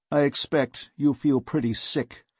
i expect you feel pretty sick.